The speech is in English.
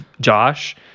Josh